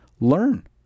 learn